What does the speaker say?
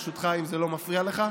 ברשותך, אם זה לא מפריע לך.